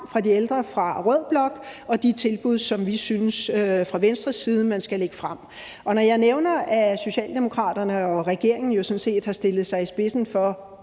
for de ældre, og de tilbud, som vi fra Venstres side synes man skal lægge frem. Og når jeg nævner, at Socialdemokraterne og regeringen sådan set har stillet sig i spidsen for